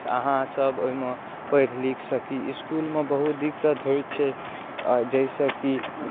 अहाँसब ओइमे पढ़ि लिखि सकी इसकुलमे बहुत दिक्कत होइ छै जैसँ कि